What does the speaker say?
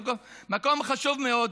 מקום חשוב מאוד,